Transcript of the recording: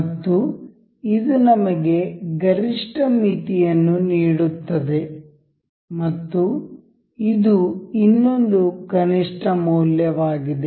ಮತ್ತು ಇದು ನಮಗೆ ಗರಿಷ್ಠ ಮಿತಿಯನ್ನು ನೀಡುತ್ತದೆ ಮತ್ತು ಇದು ಇನ್ನೊಂದು ಕನಿಷ್ಠ ಮೌಲ್ಯವಾಗಿದೆ